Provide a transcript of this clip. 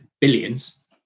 billions